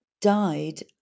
died